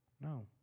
no